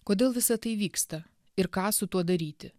kodėl visa tai vyksta ir ką su tuo daryti